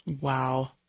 Wow